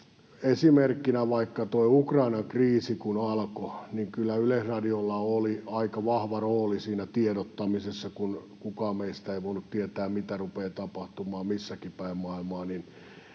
Esimerkkinä vaikka tuo Ukrainan kriisi kun alkoi, niin kyllä Yleisradiolla oli aika vahva rooli siinä tiedottamisessa. Kun kukaan meistä ei voinut tietää, mitä rupeaa tapahtumaan missäkinpäin maailmaa,